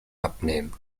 abnehmen